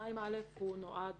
2(א) נועד